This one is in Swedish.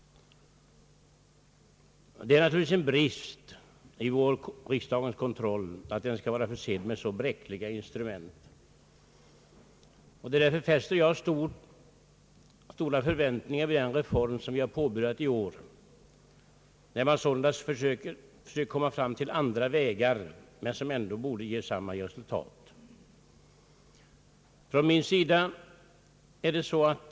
Det är naturligtvis en brist i riksdagens kontroll, att den skall vara försedd med så — trots allt — bräckliga instrument, och därför fäster jag stora förväntningar vid den reform som vi har påbörjat i år och där man försöker komma fram till andra vägar, vilka borde ge goda resultat.